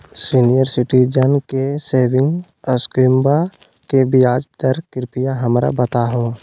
senior citizen के saving स्कीमवा के ब्याज दर कृपया हमरा बताहो